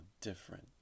different